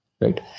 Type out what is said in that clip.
right